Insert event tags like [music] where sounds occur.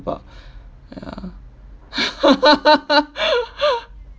about [breath] ya [laughs]